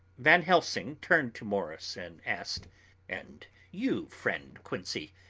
van helsing turned to morris and asked and you, friend quincey,